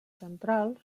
central